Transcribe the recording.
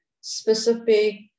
specific